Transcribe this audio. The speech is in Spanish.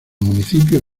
municipio